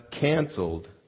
canceled